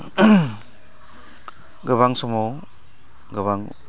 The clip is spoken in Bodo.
गोबां समाव गोबां